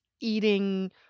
eating